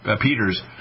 Peters